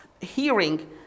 hearing